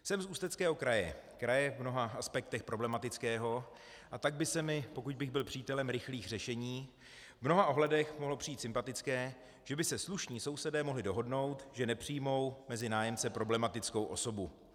Jsem z Ústeckého kraje, kraje v mnoha aspektech problematického, a tak by mi, pokud bych byl přítelem rychlých řešení, v mnoha ohledech mohlo přijít sympatické, že by se slušní sousedé mohli dohodnout, že nepřijmou mezi nájemce problematickou osobu.